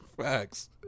facts